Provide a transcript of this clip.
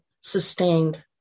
sustained